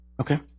okay